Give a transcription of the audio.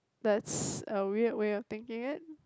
that's a weird way of thinking it